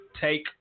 take